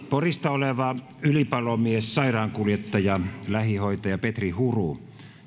porista oleva ylipalomies sairaankuljettaja lähihoitaja petri huru